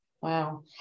Wow